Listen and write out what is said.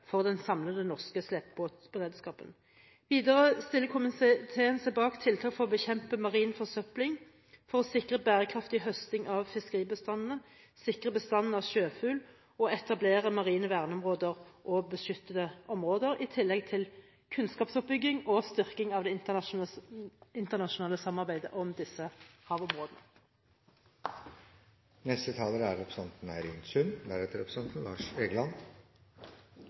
til den prosessen som pågår for å etablere en langsiktig modell for den samlede norske slepebåtberedskapen. Videre stiller komiteen seg bak tiltak for å bekjempe marin forsøpling, sikre bærekraftig høsting av fiskeribestandene, sikre bestander av sjøfugl og etablere marine verneområder og beskyttede områder, i tillegg til kunnskapsoppbygging og styrking av det internasjonale samarbeidet om disse havområdene.